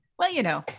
well, you know,